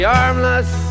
armless